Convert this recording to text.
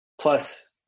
plus